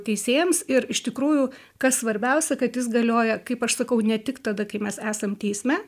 teisėjams ir iš tikrųjų kas svarbiausia kad jis galioja kaip aš sakau ne tik tada kai mes esam teisme